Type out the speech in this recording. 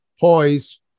poised